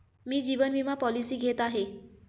मी जीवन विमा पॉलिसी घेत आहे